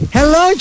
Hello